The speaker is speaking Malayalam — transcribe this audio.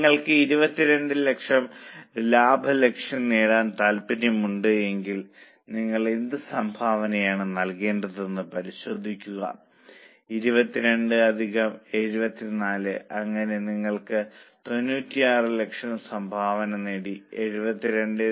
നിങ്ങൾക്ക് 2200000 ലാഭ ലക്ഷ്യം നേടാൻ താൽപ്പര്യമുണ്ടെങ്കിൽ നിങ്ങൾ എന്ത് സംഭാവനയാണ് നൽകേണ്ടതെന്ന് പരിശോധിക്കുക 22 അധികം 74 അങ്ങനെ നിങ്ങൾ 9600000 സംഭാവന നേടി 72